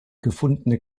gefundene